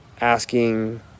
asking